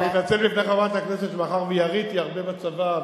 אני מתנצל בפני חברת הכנסת שמאחר שיריתי הרבה בצבא,